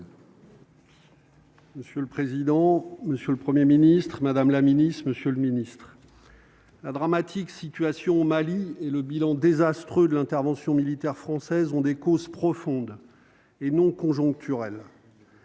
Monsieur le président, Monsieur le 1er Ministre Madame la Ministre, Monsieur le Ministre. La dramatique situation au Mali et le bilan désastreux de l'intervention militaire française ont des causes profondes et non conjoncturel.